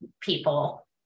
people